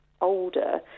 older